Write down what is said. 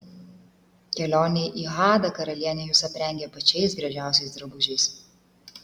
kelionei į hadą karalienė jus aprengė pačiais gražiausiais drabužiais